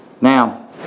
Now